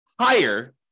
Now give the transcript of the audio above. higher